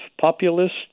populist